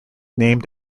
named